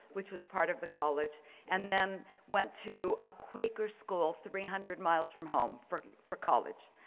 which was part of the college and then went to a quaker school three hundred miles from home for for college.